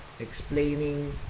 Explaining